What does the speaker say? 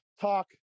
talk